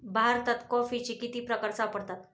भारतात कॉफीचे किती प्रकार सापडतात?